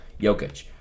Jokic